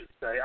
say